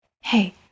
Hey